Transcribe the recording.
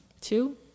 two